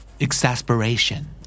Exasperation